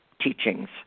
teachings